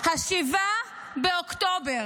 7 באוקטובר.